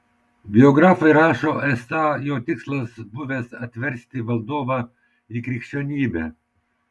biografai rašo esą jo tikslas buvęs atversti valdovą į krikščionybę